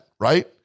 Right